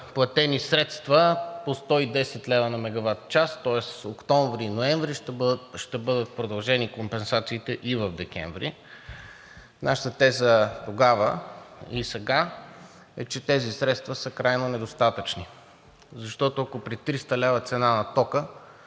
платени средства по 110 лв. на мегаватчас, тоест октомври, ноември ще бъдат продължени компенсациите и в декември. Нашата теза тогава и сега е, че тези средства са крайно недостатъчни, защото, ако при 300 лв. цена на тока,